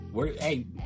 Hey